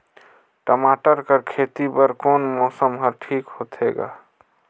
टमाटर कर खेती बर कोन मौसम हर ठीक होथे ग?